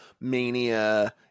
Mania